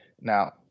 Now